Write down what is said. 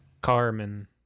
Carmen